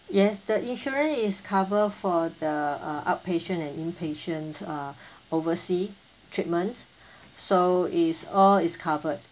yes the insurance is cover for the uh outpatient and inpatient uh oversea treatments so is all is covered